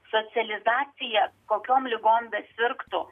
socializacija kokiom ligom besirgtų